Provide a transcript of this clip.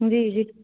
जी जी